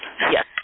yes